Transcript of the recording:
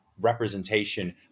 representation